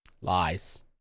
Lies